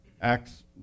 Acts